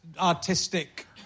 artistic